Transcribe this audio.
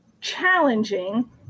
challenging